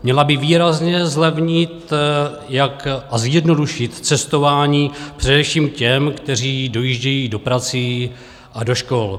Měla by výrazně zlevnit a zjednodušit cestování především těm, kteří dojíždějí za prací a do škol.